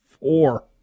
four